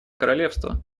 королевства